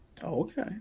Okay